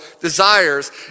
desires